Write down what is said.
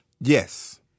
Yes